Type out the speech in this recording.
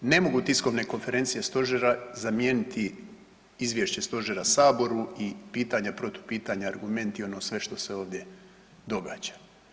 Ne mogu tiskovne konferencije Stožera zamijeniti Izvješće Stožera Saboru i pitanje protupitanja, argumenti, ono sve što se ovdje događa.